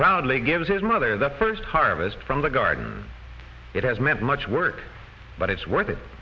proudly give his mother the first harvest from the garden it has meant much work but it's worth it